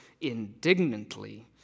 indignantly